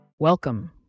Welcome